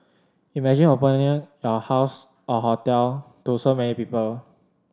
imagine opening your house or hotel to so many people